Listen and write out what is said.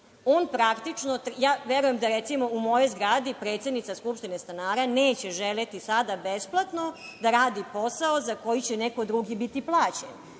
plaćeni. Ja verujem da, recimo u mojoj zgradi predsednica skupštine stanara neće želeti sada besplatno da radi posao za koji će neko drugi biti plaćen.